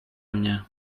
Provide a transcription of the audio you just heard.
mnie